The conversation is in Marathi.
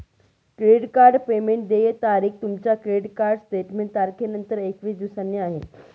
क्रेडिट कार्ड पेमेंट देय तारीख तुमच्या क्रेडिट कार्ड स्टेटमेंट तारखेनंतर एकवीस दिवसांनी आहे